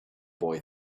boy